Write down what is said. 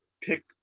pick